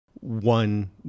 One